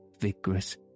vigorous